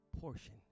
portion